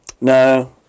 No